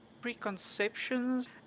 preconceptions